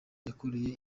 yakoreye